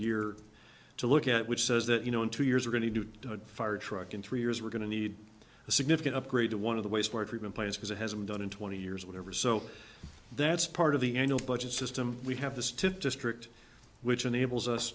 year to look at which says that you know in two years we're going to do a firetruck in three years we're going to need a significant upgrade to one of the wastewater treatment plants as it has been done in twenty years whatever so that's part of the annual budget system we have this tip district which enables us